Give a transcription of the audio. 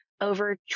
over